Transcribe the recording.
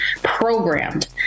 programmed